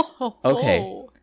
Okay